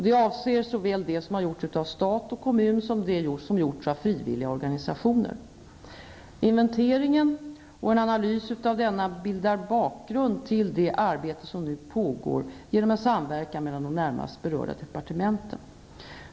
Den avser såväl det som har gjorts av stat och kommun som det som gjorts av frivilliga organisationer. Inventeringen och en analys av denna bildar bakgrund till det arbete som nu pågår genom en samverkan mellan de närmast berörda departementen.